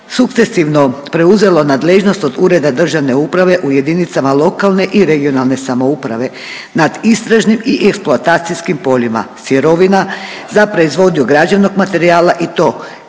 sukcesivno preuzelo nadležnost od ureda državne uprave u jedinicama lokalne i regionalne samouprave nad istražnim i eksploatacijskim poljima sirovina za proizvodnju građevnog materijala i to